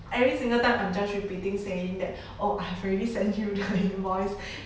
every single time I'm just repeating saying that oh I have already sent you the voice